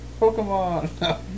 Pokemon